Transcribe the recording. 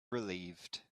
relieved